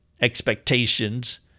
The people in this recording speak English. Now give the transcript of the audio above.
expectations